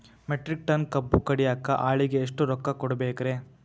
Metric ton ಕಬ್ಬು ಕಡಿಯಾಕ ಆಳಿಗೆ ಎಷ್ಟ ರೊಕ್ಕ ಕೊಡಬೇಕ್ರೇ?